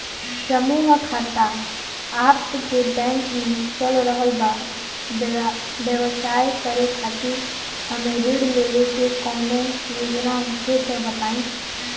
समूह खाता आपके बैंक मे चल रहल बा ब्यवसाय करे खातिर हमे ऋण लेवे के कौनो योजना होखे त बताई?